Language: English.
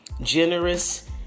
generous